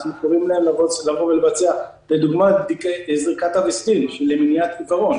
אנחנו קוראים להם לבצע בדיקה למניעת עיוורון.